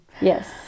Yes